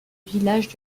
village